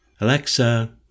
Alexa